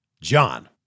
John